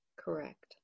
Correct